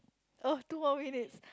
oh two more minutes